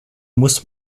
muss